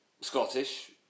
Scottish